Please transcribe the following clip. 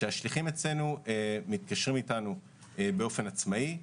השליחים אצלנו מתקשרים איתנו באופן עצמאי.